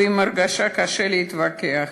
ועם הרגשה קשה להתווכח.